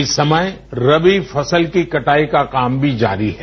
इस समय रबी फसल की कटाई का काम भी जारी है